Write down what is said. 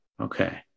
Okay